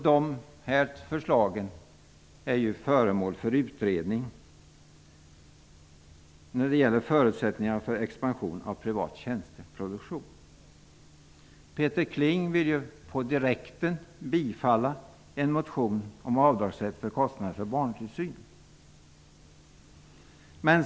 Dessa förslag är ju föremål för utredning när det gäller förutsättningar för expansion av privat tjänsteproduktion. Peter Kling vill att riksdagen på direkten skall bifalla en motion om avdragsrätt för kostnader för barntillsyn.